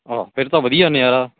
ਆਹਾ ਫਿਰ ਤਾਂ ਵਧੀਆ ਨਜ਼ਾਰਾ